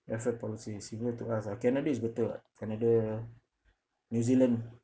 welfare policy is similar ah canada is better [what] canada new zealand